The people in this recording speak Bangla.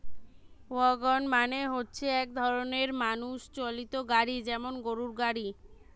ওয়াগন মানে হচ্ছে এক রকমের মানুষ চালিত গাড়ি যেমন গরুর গাড়ি